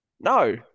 No